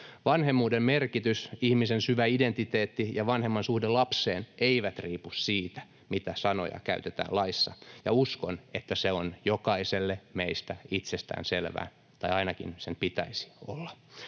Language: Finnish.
Vanhemmuuden merkitys, ihmisen syvä identiteetti ja vanhemman suhde lapseen eivät riipu siitä, mitä sanoja käytetään laissa, ja uskon, että se on jokaiselle meistä itsestäänselvää, tai ainakin sen pitäisi olla.